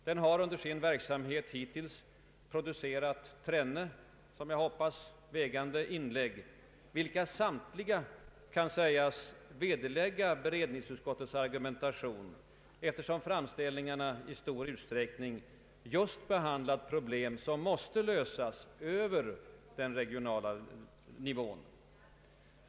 Den har under sin verksamhet hittills producerat trenne som jag hoppas vägande inlägg, vilka samtliga kan sägas vederlägga beredningsutskottets argumentation, eftersom framställningarna i stor utsträckning behandlat problem som måste lösas över den regionala nivån.